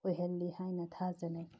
ꯑꯣꯏꯍꯜꯂꯤ ꯍꯥꯏꯅ ꯊꯥꯖꯅꯩ